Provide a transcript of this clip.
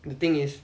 the thing is